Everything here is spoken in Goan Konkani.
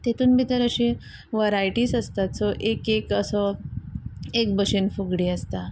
तेतून भितर अशी वरायटीस आसतात सो एक एक असो एक भशेन फुगडी आसता